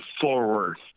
forward